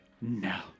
no